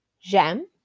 J'aime